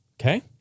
Okay